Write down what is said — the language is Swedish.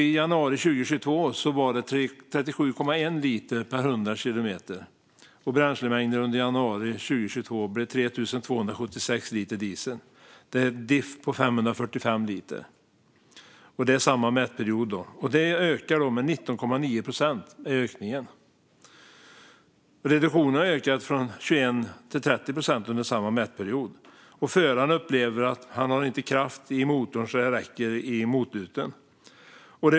I januari 2022 var det 37,1 liter per 100 kilometer. Bränslemängden under januari 2022 blev 3 276 liter diesel. Det är en diff på 545 liter, och det är samma mätperiod. Ökningen är 19,9 procent. Reduktionen har ökat från 21 till 30 procent under samma mätperiod, och föraren upplever att han inte har kraft i motorn så att det räcker i motluten.